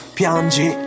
piangi